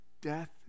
death